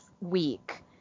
week